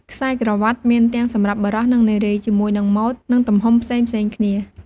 ខ្សែក្រវាត់ មានទាំងសម្រាប់បុរស និងនារី ជាមួយនឹងម៉ូដ និងទំហំផ្សេងៗគ្នា។